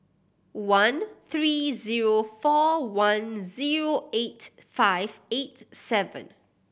one three zero four one zero eight five eight seven